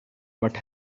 but